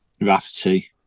Rafferty